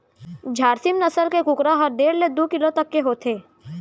झारसीम नसल के कुकरा ह डेढ़ ले दू किलो तक के होथे